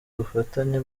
ubufatanye